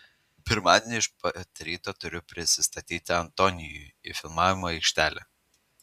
pirmadienį iš pat ryto turiu prisistatyti antonijui į filmavimo aikštelę